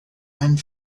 and